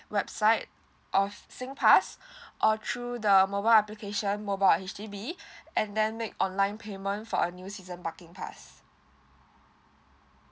website of singpass or through the mobile application mobile H_D_B and then make online payment for a new season parking pass